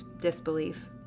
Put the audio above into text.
disbelief